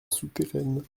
souterraine